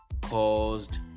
caused